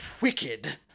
Wicked